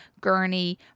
gurney